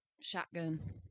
shotgun